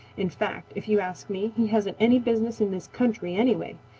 in fact, if you ask me, he hasn't any business in this country anyway.